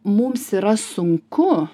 mums yra sunku